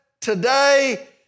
today